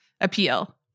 appeal